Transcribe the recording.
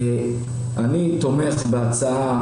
אני תומך בהצעה,